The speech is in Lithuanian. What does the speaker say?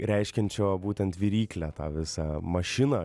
reiškiančio būtent viryklę tą visa mašiną